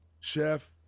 chef